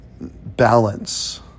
Balance